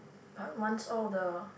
but once all of the